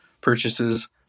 purchases